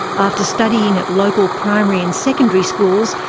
after studying at local primary and secondary schools,